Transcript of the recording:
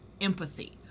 empathy